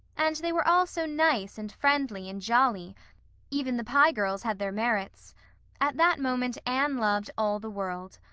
and they were all so nice and friendly and jolly even the pye girls had their merits at that moment anne loved all the world.